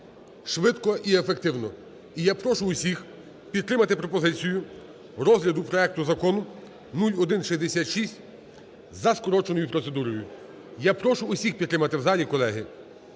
швидко і ефективно. І я прошу усіх підтримати пропозицію розгляду проекту Закону 0166 за скороченою процедурою. Я прошу усіх підтримати в залі, колеги.